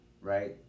right